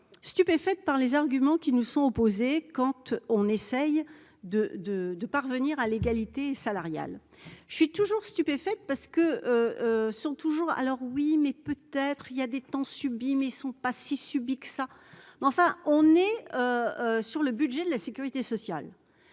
stupéfaite par les arguments qui nous sont opposés Kant, on essaye de, de, de parvenir à l'égalité salariale, je suis toujours stupéfaite parce que sont toujours alors oui mais peut-être il y a des temps subie mais ils ne sont pas si Subic que ça mais enfin, on est sur le budget de la Sécurité sociale